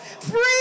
Free